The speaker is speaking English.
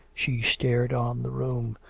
she stared on the room,